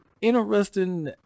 interesting